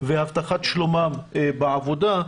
והבטחת שלומם בעבודה,